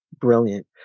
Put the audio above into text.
brilliant